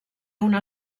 una